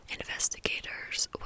Investigators